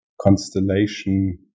constellation